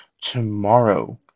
tomorrow